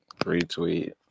retweet